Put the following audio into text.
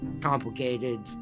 complicated